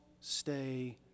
stay